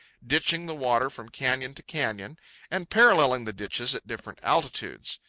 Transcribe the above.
ditching the water from canyon to canyon and paralleling the ditches at different altitudes.